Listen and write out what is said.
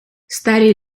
старі